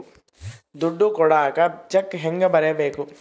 ದುಡ್ಡು ಕೊಡಾಕ ಚೆಕ್ ಹೆಂಗ ಬರೇಬೇಕು?